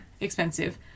Expensive